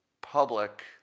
public